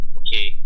okay